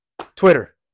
Twitter